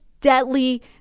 deadly